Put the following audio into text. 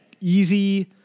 easy